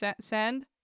send